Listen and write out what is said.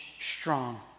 strong